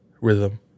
rhythm